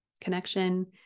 connection